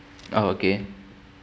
oh okay